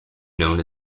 known